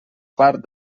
part